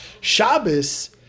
Shabbos